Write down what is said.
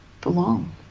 belong